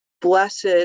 blessed